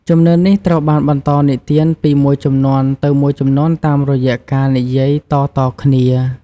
ជំនឿនេះត្រូវបានបន្តនិទានពីមួយជំនាន់ទៅមួយជំនាន់តាមរយៈការនិយាយតៗគ្នា។